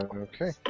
Okay